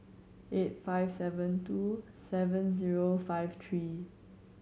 eight five seven two seven zero five three